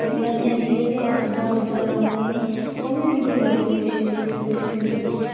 ते कन्नै जेह्के अस बाड़ूऐ कम्म करने ओह् बी मिगी बड़ी ख़ुशी महसूस होंदी